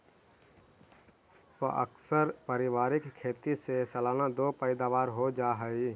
प्अक्सर पारिवारिक खेती से सालाना दो पैदावार हो जा हइ